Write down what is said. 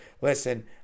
listen